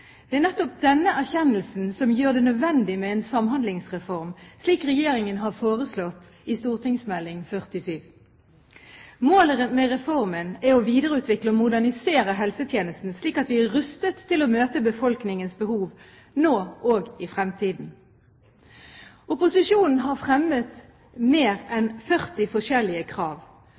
Det er nettopp denne erkjennelsen som gjør det nødvendig med en samhandlingsreform, slik Regjeringen har foreslått i St.meld. nr. 47. Målet med reformen er å videreutvikle og modernisere helsetjenesten, slik at vi er rustet til å møte befolkningens behov – nå og i fremtiden. Opposisjonen har fremmet mer enn 40 forskjellige krav.